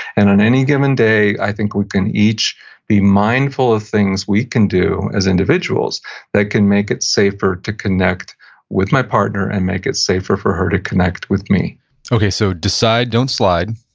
and on any given day, i think we can each be mindful of things we can do as individuals that can make it safe to connect with my partner, and make it safer for her to connect with me okay so, decide don't slide,